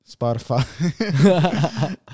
Spotify